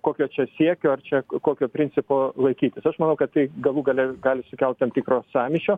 kokio čia siekio ar čia kokio principo laikytis aš manau kad tai galų gale gali sukelt tam tikro sąmyšio